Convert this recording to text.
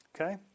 Okay